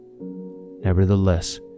Nevertheless